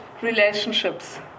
relationships